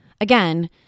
Again